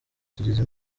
tugize